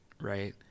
right